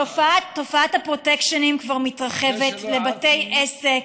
תופעת הפרוטקשנים כבר מתרחבת לבתי עסק,